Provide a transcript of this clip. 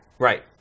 Right